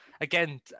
Again